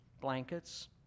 blankets